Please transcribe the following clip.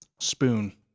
Spoon